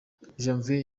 janvier